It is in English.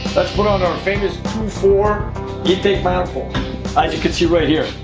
let's put on our famous two four intake manifold. as you can see right here,